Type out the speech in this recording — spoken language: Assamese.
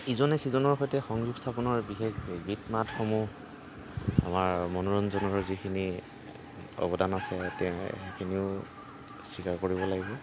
ইজনে সিজনৰ সৈতে সংযোগ স্থাপনৰ বিশেষকৈ গীত মাতসমূহ আমাৰ মনোৰঞ্জনৰ যিখিনি অৱদান আছে তেৱে সেইখিনিও স্বীকাৰ কৰিব লাগিব